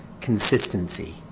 consistency